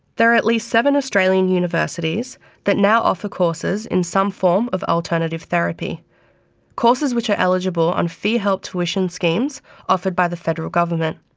there are at least seven australian universities that now offer courses in some form of alternative therapy courses which are eligible on fee-help tuition schemes offered by the federal government.